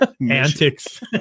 antics